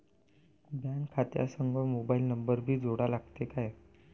Bank खात्या संग mobile number भी जोडा लागते काय?